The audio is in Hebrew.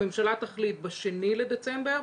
הממשלה תחליט ב-2 בדצמבר,